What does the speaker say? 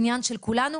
עניין של כולנו.